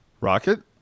Rocket